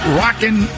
rocking